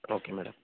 okay madam